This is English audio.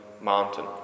mountain